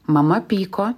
mama pyko